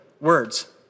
words